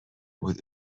بود